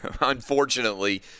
unfortunately